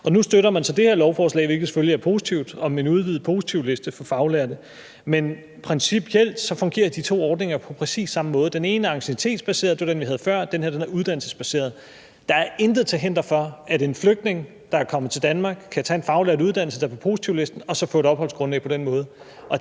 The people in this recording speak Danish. Nu støtter man så det her lovforslag, hvilket selvfølgelig er positivt, om en udvidet positivliste for faglærte, men principielt fungerer de to ordninger på præcis samme måde. Den ene er anciennitetsbaseret – det var den, vi havde før – og den her er uddannelsesbaseret. Der er intet til hinder for, at en flygtning, der er kommet til Danmark, kan tage en faglært uddannelse, der er på positivlisten, og så få et opholdsgrundlag på den måde.